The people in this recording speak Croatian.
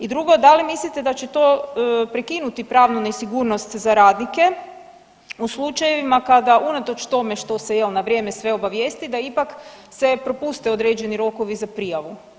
I drugo, da li mislite da će to prekinuti pravnu nesigurnost za radnike u slučajevima kada unatoč tome što se na vrijeme sve obavijesti da ipak se propuste određeni rokovi za prijavu?